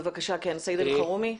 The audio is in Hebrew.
בבקשה, סעיד אלחרומי.